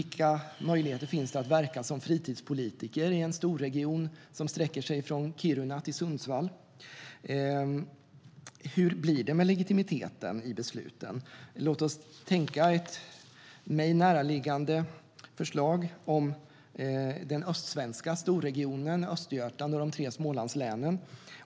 Vilka möjligheter finns det att verka som fritidspolitiker i en storregion som sträcker sig från Kiruna till Sundsvall? Hur blir det med legitimiteten i besluten? Ett mig närliggande förslag är det om den östsvenska storregionen med Östergötland och de tre Smålandslänen.